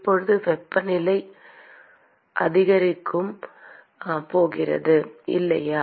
இப்போது வெப்பநிலை அதிகரிக்கும் போது அந்த மூலக்கூறின் ஆற்றல் நிலையும் அதிகரிக்கப் போகிறது இல்லையா